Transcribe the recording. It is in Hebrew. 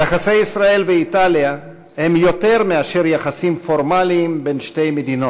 יחסי ישראל ואיטליה הם יותר מאשר יחסים פורמליים בין שתי מדינות,